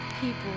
people